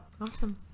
awesome